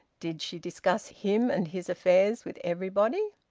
did she discuss him and his affairs with everybody?